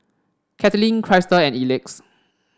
Katlyn Krystle and Elex